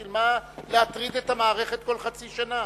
בשביל מה להטריד את המערכת כל חצי שנה?